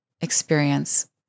experience